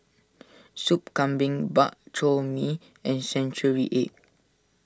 Soup Kambing Bak Chor Mee and Century Egg